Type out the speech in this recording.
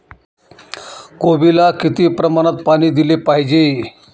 कोबीला किती प्रमाणात पाणी दिले पाहिजे?